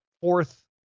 Fourth